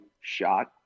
shot